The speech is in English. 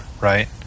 Right